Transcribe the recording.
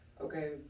okay